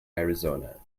arizona